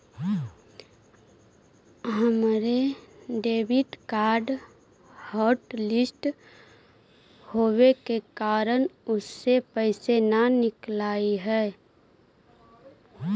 हमर debit card hotlist होवे के कारण उससे पैसे न निकलई हे